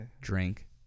drink